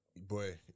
Boy